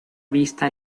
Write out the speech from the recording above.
vista